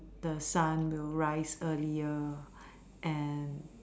the sun will rise earlier and